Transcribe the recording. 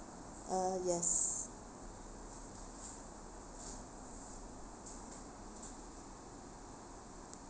uh yes